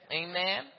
amen